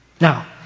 Now